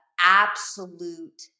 absolute